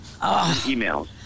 emails